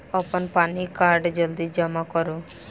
अप्पन पानि कार्ड जल्दी जमा करू?